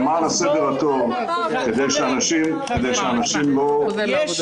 למען הסדר הטוב כדי שאנשים לא --- יש